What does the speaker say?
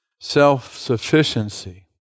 self-sufficiency